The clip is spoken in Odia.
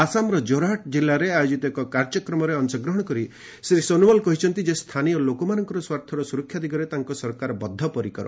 ଆସାମର ଜୋରହାଟ କିଲ୍ଲାରେ ଆୟୋଜିତ ଏକ କାର୍ଯ୍ୟକ୍ରମରେ ଅଂଶଗ୍ରହଣ କରି ଶ୍ରୀ ସୋନୱାଲ କହିଛନ୍ତି ଯେ ସ୍ଥାନୀୟ ଲୋକମାନଙ୍କର ସ୍ୱାର୍ଥର ସୁରକ୍ଷା ଦିଗରେ ତାଙ୍କ ସରକାର ବଦ୍ଧ ପରିକର